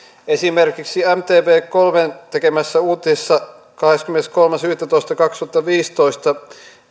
esimerkiksi mtv kolmen uutisissa kahdeskymmeneskolmas yhdettätoista kaksituhattaviisitoista